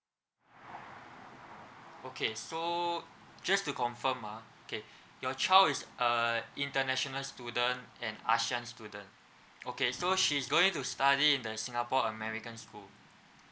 okay so just to confirm ah okay your child is a international student and ASEAN student okay so she's going to study in the singapore american school